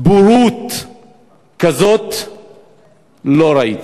בורות כזאת לא ראיתי.